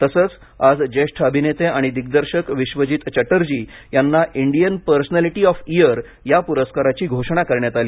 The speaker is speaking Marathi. तसंच आज ज्येष्ठ अभिनेते आणि दिग्दर्शक विश्वजीत चटर्जी यांना इंडियन पर्सनॅलीटी ऑफ इयर या पुरस्काराची घोषणा करण्यात आली